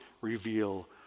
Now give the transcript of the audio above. reveal